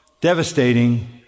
devastating